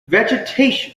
vegetation